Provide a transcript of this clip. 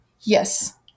Yes